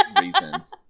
reasons